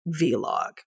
vlog